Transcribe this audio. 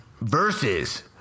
Versus